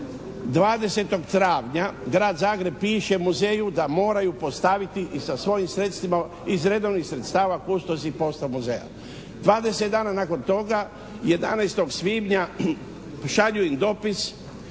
20. travnja, Grad Zagreb piše muzeju da moraju postaviti i sa svojim sredstvima iz redovnih sredstava kustos i postav muzeja. 20 dan nakon toga 11. svibnja šalju im dopis